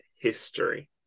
history